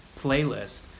playlist